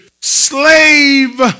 slave